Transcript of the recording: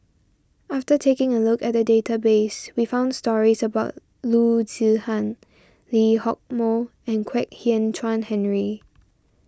after taking a look at the database we found stories about Loo Zihan Lee Hock Moh and Kwek Hian Chuan Henry